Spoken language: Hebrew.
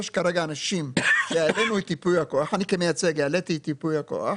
יש כרגע אנשים שהעלינו את ייפוי הכוח,